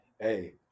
hey